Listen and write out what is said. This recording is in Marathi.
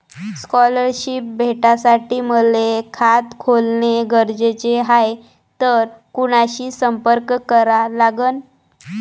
स्कॉलरशिप भेटासाठी मले खात खोलने गरजेचे हाय तर कुणाशी संपर्क करा लागन?